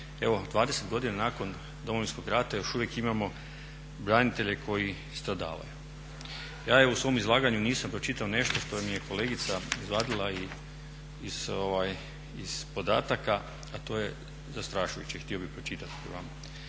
20 godina nakon Domovinskog rata još uvijek imamo branitelje koji stradavaju. Ja u svome izlaganju nisam pročitao nešto što mi je kolegica izvadila iz podataka, a to je zastrašujuće. Htio bih vam pročitati.